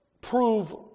prove